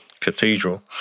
Cathedral